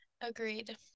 agreed